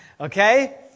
Okay